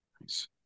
Nice